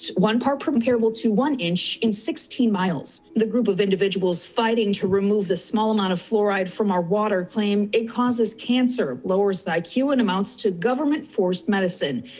one part comparable to one inch in sixteen miles, the group of individuals fighting to remove the small amount of fluoride from our water claim, it causes cancer, lowers the like iq and amounts to government forced medicine.